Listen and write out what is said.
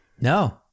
No